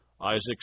Isaac